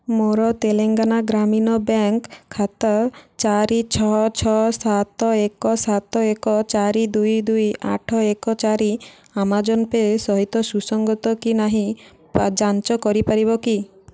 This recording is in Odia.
ମୋର ତେଲେଙ୍ଗାନା ଗ୍ରାମୀଣ ବ୍ୟାଙ୍କ ଖାତା ଚାରି ଛଅ ଛଅ ସାତ ଏକ ସାତ ଏକ ଚାରି ଦୁଇ ଦୁଇ ଆଠ ଚାରି ଆମାଜନ୍ ପେ ସହିତ ସୁସଙ୍ଗତ କି ନାହିଁ ଯାଞ୍ଚ କରିପାରିବ କି